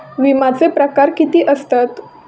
विमाचे प्रकार किती असतत?